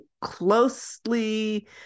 closely